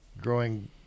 growing